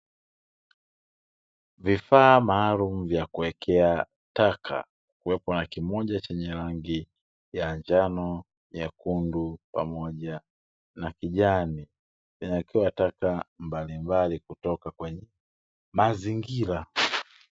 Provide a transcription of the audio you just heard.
Vifaa maalumu vya kuwekea taka, kuwepo na kimoja chenye rangi ya njano, nyekundu pamoja na kijani, vimewekewa taka mbalimbali kutoka kwenye mazingira.